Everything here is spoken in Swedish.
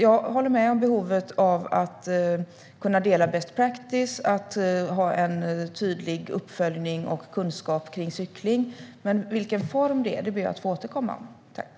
Jag håller med om behovet av att kunna dela best practice och att ha en tydlig uppföljning och kunskap om cykling. Men vilken form det kommer att ha ber jag att få återkomma till.